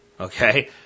Okay